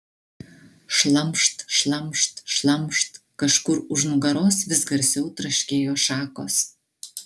šlamšt šlamšt šlamšt kažkur už nugaros vis garsiau traškėjo šakos